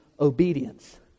obedience